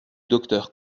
docteur